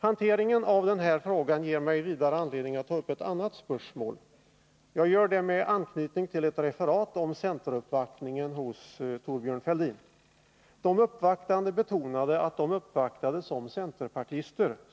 Hanteringen av den här frågan ger mig vidare anledning att ta upp ett annat spörsmål. Jag gör det i anslutning till ett referat från centeruppvaktningen hos Thorbjörn Fälldin. De uppvaktande betonade att de uppvaktade som centerpartister.